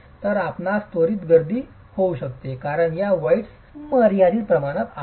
तर आपणास त्वरित गर्दी होऊ शकते कारण या व्हॉईड्स मर्यादित प्रमाणात आहेत